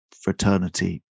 fraternity